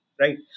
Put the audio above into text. right